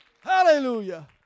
Hallelujah